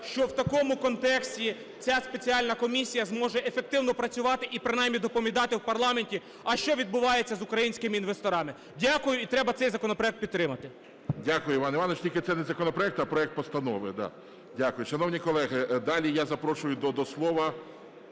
що в такому контексті ця спеціальна комісія зможе ефективно працювати і принаймні доповідати в парламенті, а що відбувається з українськими інвесторами. Дякую. І треба цей законопроект підтримати. ГОЛОВУЮЧИЙ. Дякую, Іван Іванович. Тільки це не законопроект, а проект постанови. Да, дякую. Шановні колеги, далі я запрошую до слова